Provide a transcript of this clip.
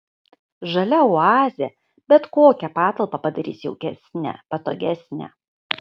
žalia oazė bet kokią patalpą padarys jaukesnę patogesnę